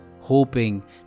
hoping